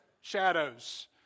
shadows